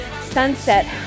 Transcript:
sunset